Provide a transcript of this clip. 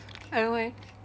I don't know eh